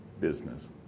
business